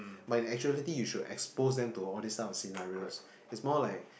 but in actuality you should expose them to all these type of scenarios it's more like